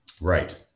Right